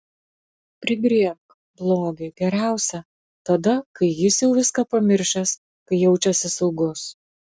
prigriebk blogį geriausia tada kai jis jau viską pamiršęs kai jaučiasi saugus